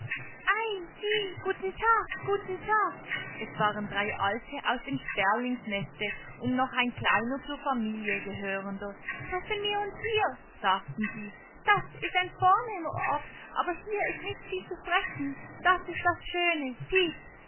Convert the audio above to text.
guten tag guten tag es waren drei alte aus dem sperlingsneste und noch ein kleiner zur familie gehörender treffen wir uns hier sagten sie das ist ein vornehmer ort aber hier ist nicht viel zu fressen das ist das schöne piep